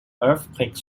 earthquake